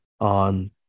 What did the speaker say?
on